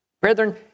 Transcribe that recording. Brethren